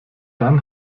dann